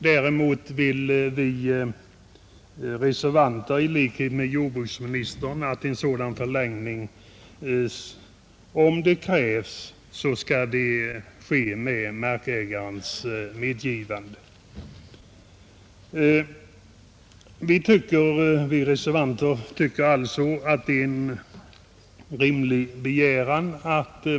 Vi reservanter däremot vill i likhet med jordbruksministern att en sådan förlängning skall kunna göras om så krävs, med markägarens medgivande. Det anser vi vara en rimlig begäran.